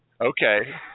Okay